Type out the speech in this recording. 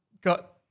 got